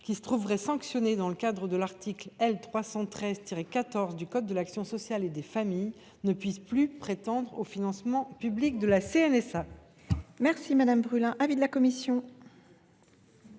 qui se trouverait sanctionnée dans le cadre de l’article L. 313 14 du code de l’action sociale et des familles ne puisse plus prétendre au financement public de la CNSA. Quel est l’avis de la commission